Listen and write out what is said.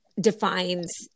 defines